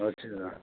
अच्छा